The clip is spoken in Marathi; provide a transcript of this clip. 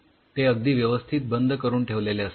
ते अगदी व्यवस्थित बंद करून ठेवलेले असतात